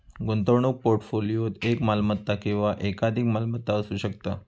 गुंतवणूक पोर्टफोलिओत एक मालमत्ता किंवा एकाधिक मालमत्ता असू शकता